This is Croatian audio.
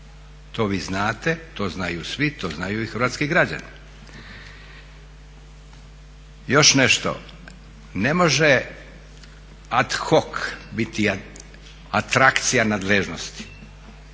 To vi znate, to znaju svi, to znaju i hrvatski građani. Još nešto, ne može ad hoc biti atrakcija nadležnosti